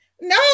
no